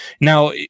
now